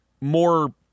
more